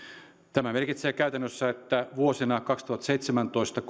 tämä merkitsee käytännössä että vuosina kaksituhattaseitsemäntoista